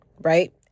right